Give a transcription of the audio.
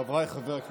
חבריי חברי הכנסת,